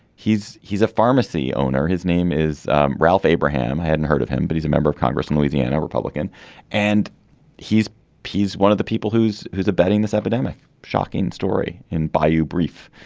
he's he's a pharmacy owner his name is ralph abraham. i hadn't heard of him but he's a member of congress and louisiana republican and he's he's one of the people who's who's abetting this epidemic shocking story in bayou brief.